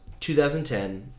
2010